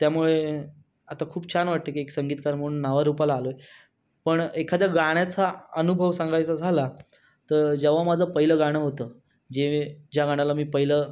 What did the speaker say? त्यामुळे आता खूप छान वाटतं की एक संगीतकार म्हणून नावारूपाला आलो आहे पण एखाद्या गाण्याचा अनुभव सांगायचा झाला तर जेव्हा माझं पहिलं गाणं होतं जे ज्या गाण्याला मी पहिलं